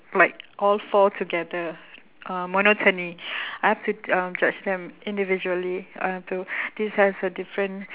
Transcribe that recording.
like all four together uh monotony I have to uh judge them individually I have to this has a different